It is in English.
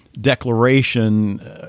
declaration